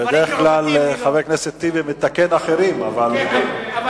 דברים מעוותים אני לא, נוגדנים.